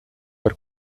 per